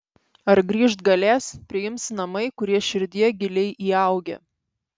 ar grįžt galės priims namai kurie širdyje giliai įaugę